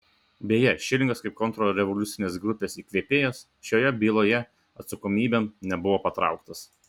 beje šilingas kaip kontrrevoliucinės grupės įkvėpėjas šioje byloje atsakomybėn nebuvo patrauktas